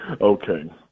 Okay